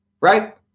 Right